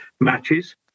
matches